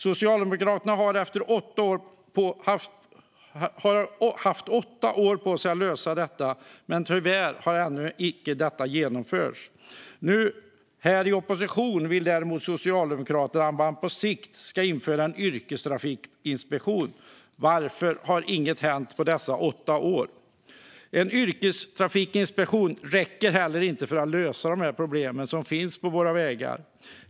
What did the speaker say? Socialdemokraterna har haft åtta år på sig att lösa detta, men tyvärr har detta ännu inte genomförts. Nu, i opposition, vill däremot Socialdemokraterna att man på sikt ska införa en yrkestrafikinspektion. Varför har då inget hänt under dessa åtta år? En yrkestrafikinspektion räcker heller inte för att lösa de problem som finns på våra vägar.